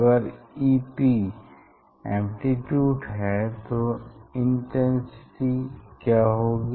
अगर Ep amplitude है तो इंटेंसिटी क्या होगी